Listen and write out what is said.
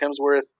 Hemsworth